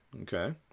Okay